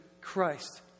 Christ